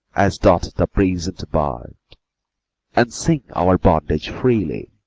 as doth the prison'd bird, and sing our bondage freely.